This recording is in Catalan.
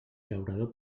llaurador